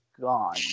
gone